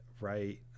right